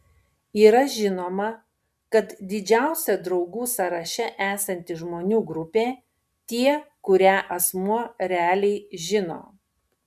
yra žinoma kad didžiausia draugų sąraše esanti žmonių grupė tie kurią asmuo realiai žino